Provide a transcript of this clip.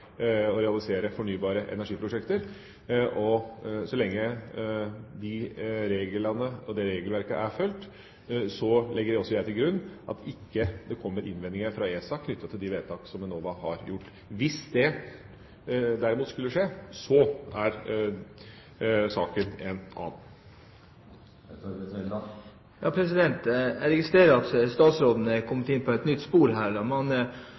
realisere fornybare energiprosjekter. Så lenge de reglene og det regelverket er fulgt, legger jeg også til grunn at det ikke kommer innvendinger fra ESA knyttet til de vedtak som Enova nå har gjort. Hvis det derimot skulle skje, er saken en annen. Jeg registrerer at statsråden har kommet inn på et nytt spor her. Man